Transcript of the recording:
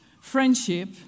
friendship